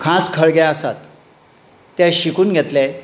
खास कळगे आसात ते शिकून घेतले